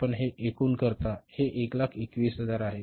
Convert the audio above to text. आपण हे एकूण करता हे 121000 आहे